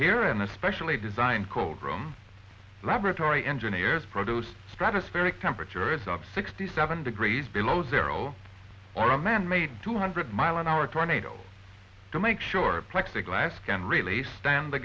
here in a specially designed cold room laboratory engineers produce stratospheric temperature is up sixty seven degrees below zero or a manmade two hundred mile an hour tornado to make sure plexiglas can relay stand the